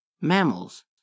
Mammals